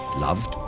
loved,